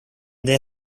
their